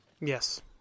Yes